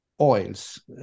oils